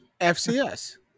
FCS